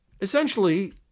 essentially